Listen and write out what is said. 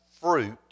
fruit